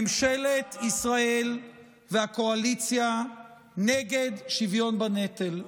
ממשלת ישראל והקואליציה נגד שוויון בנטל,